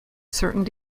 certain